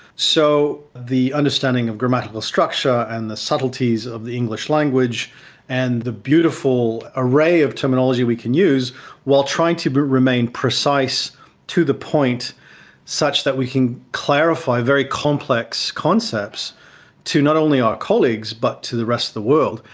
so the understanding of grammatical structure and the subtleties of the english language and the beautiful array of terminology we can use while trying to but remain precise to the point such that we can clarify very complex concepts to not only our colleagues but to the rest of the world,